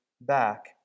back